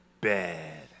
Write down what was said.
bad